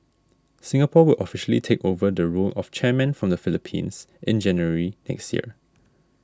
Singapore will officially take over the role of chairman from the Philippines in January next year